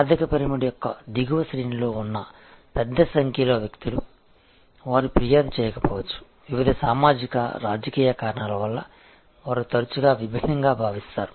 ఆర్థిక పిరమిడ్ యొక్క దిగువ శ్రేణిలో ఉన్న పెద్ద సంఖ్యలో వ్యక్తులు వారు ఫిర్యాదు చేయకపోవచ్చు వివిధ సామాజిక రాజకీయ కారణాల వల్ల వారు తరచుగా విభిన్నంగా భావిస్తారు